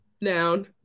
Noun